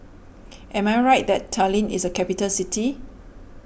am I right that Tallinn is a capital city